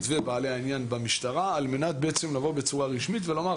ובעלי העניין במשטרה על מנת בעצם לבוא בצורה רשמית ולומר,